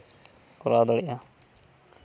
ᱠᱚᱨᱟᱣ ᱫᱟᱲᱮᱭᱟᱜᱼᱟ